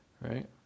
right